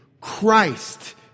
Christ